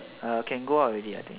uh can go out already I think